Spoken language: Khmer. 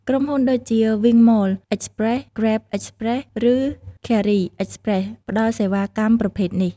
ក្រុមហ៊ុនដូចជា វីងម៉ល អិចប្រេស, ហ្គ្រេប អិចប្រេស, ឬឃែរី អិចប្រេស ផ្តល់សេវាកម្មប្រភេទនេះ។